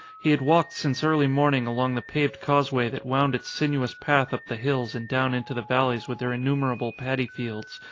he had walked since early morning along the paved causeway that wound its sinuous path up the hills and down into the val leys with their innumerable padi fields,